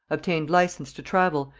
obtained license to travel,